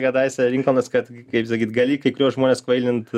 kadaise linkolnas kad kaip sakyt gali kai kuriuos žmones kvailint